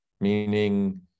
meaning